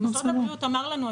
כשמשרד הבריאות אמר לנו,